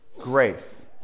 grace